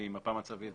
ממפה מצבית